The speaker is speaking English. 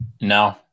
No